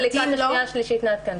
ולקראת ההצעה השנייה והשלישית נעדכן את זה.